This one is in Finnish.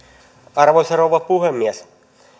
arvoisa rouva puhemies